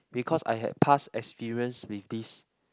because I had past experience with this